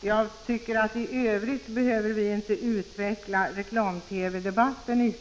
Jag tycker att vi i övrigt inte behöver utveckla reklam-TV-debatten.